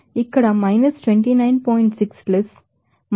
6 plus 530